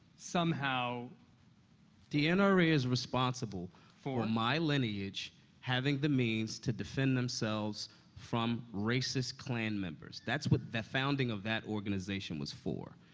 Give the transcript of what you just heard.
somehow the nra is responsible for my lineage having the means to defend themselves from racist klan members. that's what the founding of that organization was for.